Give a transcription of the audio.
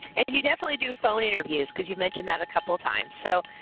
and you definitely do phone interviews cause you mentioned that a couple times. so,